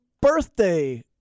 birthday